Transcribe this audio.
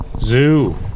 Zoo